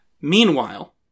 Meanwhile